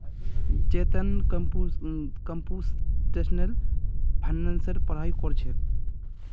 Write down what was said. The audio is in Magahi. चेतन कंप्यूटेशनल फाइनेंसेर पढ़ाई कर छेक